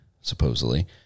supposedly